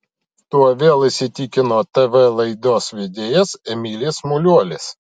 tuo vėl įsitikino tv laidos vedėjas emilis muliuolis